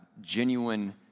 genuine